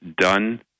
done